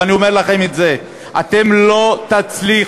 ואני אומר לכם את זה: אתם לא תצליחו.